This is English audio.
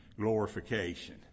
glorification